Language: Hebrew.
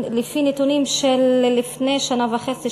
לפי נתונים של לפני שנה וחצי,